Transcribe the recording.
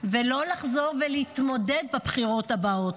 ולא לחזור ולהתמודד בבחירות הבאות.